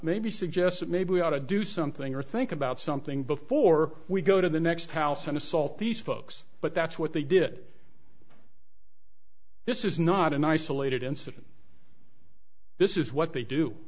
maybe suggests that maybe we ought to do something or think about something before we go to the next house and assault these folks but that's what they did this is not an isolated incident this is what they do